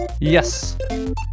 yes